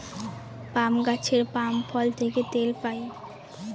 পাম গাছের পাম ফল থেকে তেল পাই